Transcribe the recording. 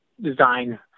design